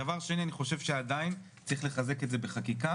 דבר שני אני חושב שעדיין צריך לחזק את זה בחקיקה